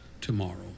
tomorrow